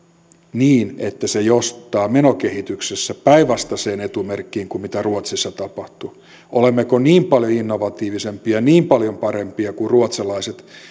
niin että se johtaa menokehityksessä päinvastaiseen etumerkkiin kuin mitä ruotsissa tapahtui olemmeko niin paljon innovatiivisempia niin paljon parempia kuin ruotsalaiset